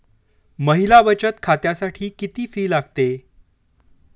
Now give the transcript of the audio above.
महिला बचत खात्यासाठी किती फी लागते?